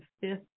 fifth